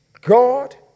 God